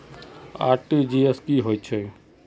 RTGS की होचए?